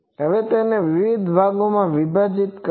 હવે તેને વિવિધ ભાગોમાં વિભાજીત કરો